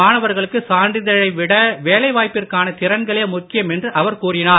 மாணவர்களுக்கு சான்றிதழை விட வேலைவாய்ப்பிற்கான திறன்களே முக்கியம் என்று அவர் கூறினார்